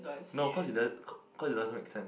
no cause it does cause it doesn't make